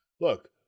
look